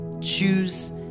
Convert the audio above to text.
choose